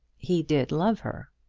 he did love her.